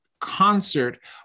concert